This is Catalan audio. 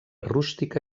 rústica